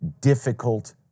difficult